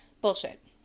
bullshit